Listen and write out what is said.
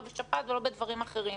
לא בשפעת ולא בדברים אחרים.